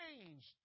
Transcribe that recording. changed